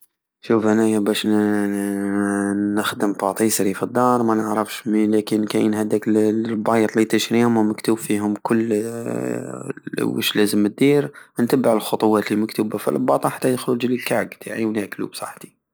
شوف أنيا ننننن- نخدم باتيسري فالدار مانعرفش ولاكين كاين هاداك لبايط لي تشريهم مكتوب فيهم ك- كل وش لازم الدير نتبع الخطوات المكتوبة فالباطة حتى يخرجلي الكعك وناكلو بصحتي